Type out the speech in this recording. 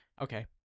okay